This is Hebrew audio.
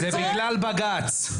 זה בגלל בג"ץ.